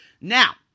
Now